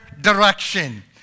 direction